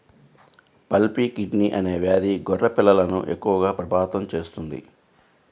pulpy kidney అనే వ్యాధి గొర్రె పిల్లలను ఎక్కువగా ప్రభావితం చేస్తుంది